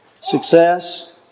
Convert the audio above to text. success